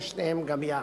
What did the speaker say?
או שניהם גם יחד.